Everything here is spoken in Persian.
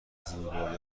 زیبایان